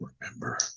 remember